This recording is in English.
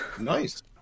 Nice